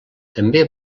també